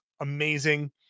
amazing